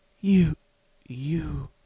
You—you